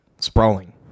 sprawling